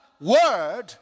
Word